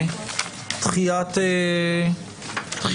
מכובדיי, צוהריים טובים לכולם.